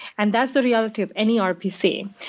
and that's the reality of any rpc.